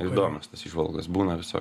įdomios tos įžvalgos būna viso